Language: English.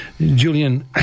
Julian